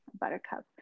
buttercup